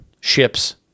Ships